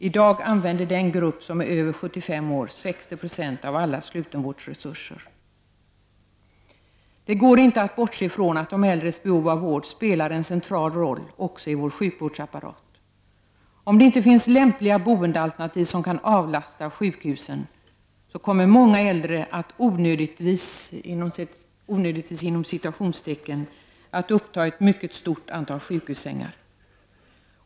I dag använder den grupp som är över 75 år 60 % av alla slutenvårdsresurser. Det går inte att bortse från att de äldres behov av vård spelar en central roll också i vår sjukvårdsapparat. Om det inte finns lämpliga boendealternativ som kan avlasta sjukhusen, kommer äldre att ''onödigtvis'' uppta ett mycket stort antal sjukhussängar.